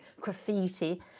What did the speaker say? graffiti